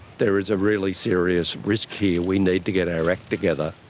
there is a really serious risk here we need to get our act together.